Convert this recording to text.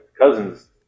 cousins